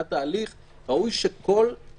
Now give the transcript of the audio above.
במקור דובר על כל מסמך או פרסום מטעמו